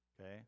Okay